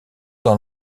dans